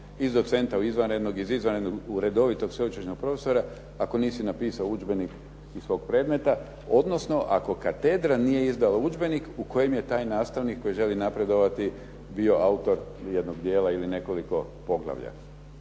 iz docenta u izvanrednog iz izvanrednog u redovitog sveučilišnog profesora, ako nisi napisao udžbenik iz toga predmeta, odnosno ako katedra nije izdala udžbenik u kojem je taj nastavnik koji želi napredovati bio autor jednog dijela ili nekoliko poglavlja.